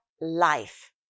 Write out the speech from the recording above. life